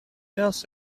else